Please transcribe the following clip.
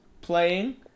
playing